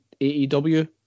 AEW